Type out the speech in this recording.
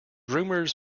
rumors